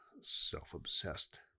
self-obsessed